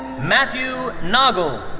matthew naugle.